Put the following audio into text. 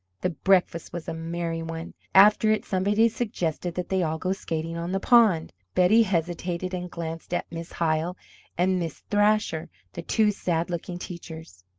the breakfast was a merry one. after it somebody suggested that they all go skating on the pond. betty hesitated and glanced at miss hyle and miss thrasher, the two sad-looking teachers.